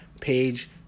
page